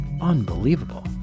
Unbelievable